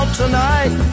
tonight